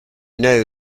know